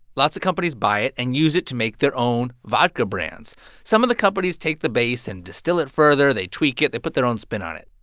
lots of companies buy it and use it to make their own vodka brands some of the companies take the base and distill it further. they tweak it. they put their own spin on it.